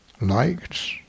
liked